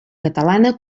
catalana